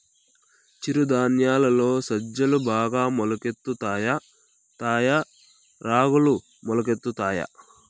చిరు ధాన్యాలలో సజ్జలు బాగా మొలకెత్తుతాయా తాయా రాగులు మొలకెత్తుతాయా